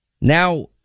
Now